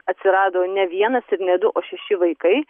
atsirado ne vienas ir ne du o šeši vaikai